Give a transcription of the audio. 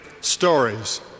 stories